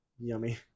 Yummy